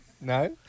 No